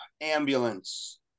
ambulance